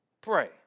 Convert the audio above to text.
pray